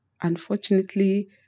unfortunately